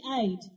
aid